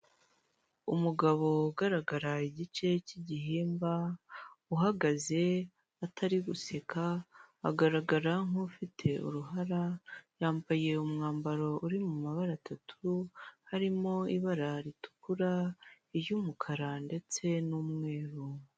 Umugabo ugaragara igice k'igihimba, uhagaze atari guseka, agaragara nk'ufite uruhara, yambaye umwambaro uri mu mabara atatu, harimo ibara ritukura, iry'umukara ndetse n'umweru.